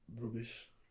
rubbish